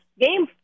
Game